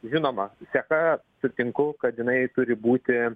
žinoma seka sutinku kad jinai turi būti